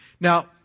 Now